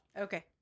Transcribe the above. Okay